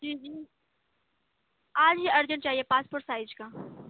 جی جی آج ہی ارجنٹ چاہیے پاسپورٹ سائز کا